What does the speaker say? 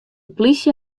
plysje